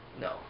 No